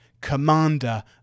commander